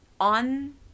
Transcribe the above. on